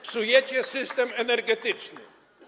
Psujecie system energetyczny.